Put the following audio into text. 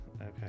Okay